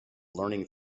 learning